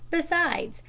besides,